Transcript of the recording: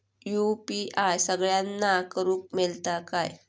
UPI सगळ्यांना करुक मेलता काय?